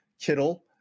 Kittle